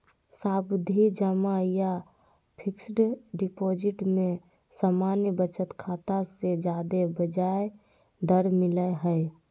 सावधि जमा या फिक्स्ड डिपाजिट में सामान्य बचत खाता से ज्यादे ब्याज दर मिलय हय